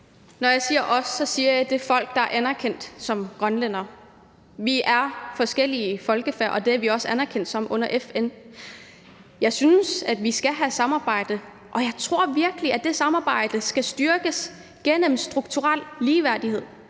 Når jeg siger »os«, mener jeg det folk, der er anerkendt som grønlændere. Vi er forskellige folkefærd, og det er vi også anerkendt som under FN. Jeg synes, at vi skal have samarbejde, og jeg tror virkelig, at det samarbejde skal styrkes gennem strukturel ligeværdighed,